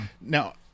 Now